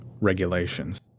regulations